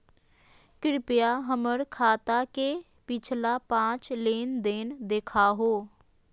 कृपया हमर खाता के पिछला पांच लेनदेन देखाहो